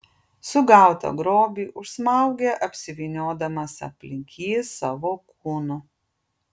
sugautą grobį užsmaugia apsivyniodamas aplink jį savo kūnu